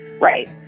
Right